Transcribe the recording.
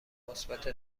مثبت